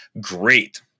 great